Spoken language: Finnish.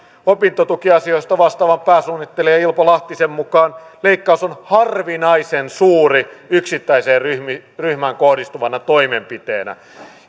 opintotukiasioista vastaavan pääsuunnittelija ilpo lahtisen mukaan leikkaus on harvinaisen suuri yksittäiseen ryhmään kohdistuvana toimenpiteenä